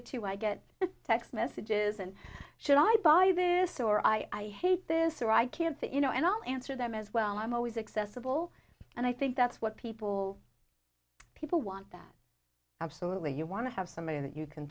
it too i get text messages and should i buy this or i hate this or i can say you know and i'll answer them as well i'm always accessible and i think that's what people people want that absolutely you want to have somebody that you can